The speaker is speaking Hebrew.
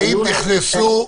והאם נכנסו,